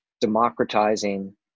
democratizing